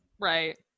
Right